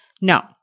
No